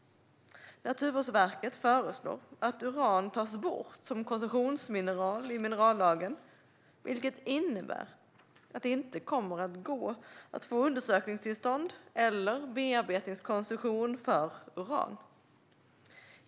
Naturvårdsverket föreslår att uran tas bort som koncessionsmineral i minerallagen, vilket innebär att det inte kommer att gå att få undersökningstillstånd eller bearbetningskoncession beträffande uran.